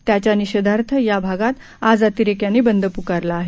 त्याच्या निषेधार्थ या भागात आज अतिरेक्यांनी बंद पुकारला आहे